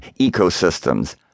ecosystems